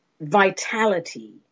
vitality